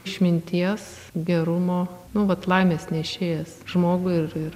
išminties gerumo nu vat laimės nešėjas žmogui ir ir